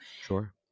Sure